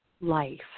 life